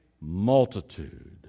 multitude